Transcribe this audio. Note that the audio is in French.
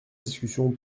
discussion